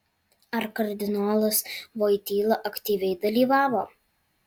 ar kardinolas voityla aktyviai dalyvavo